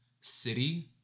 city